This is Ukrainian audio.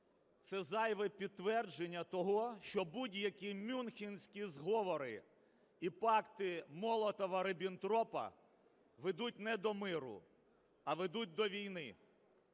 це зайве підтвердження того, що будь-які "мюнхенські зговори" і пакти Молотова-Ріббентропа ведуть не до миру, а ведуть до війни.